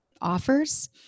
offers